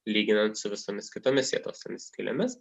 lyginant su visomis kitomis juodosiomis skylėmis